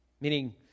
Meaning